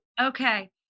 Okay